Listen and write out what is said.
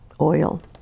oil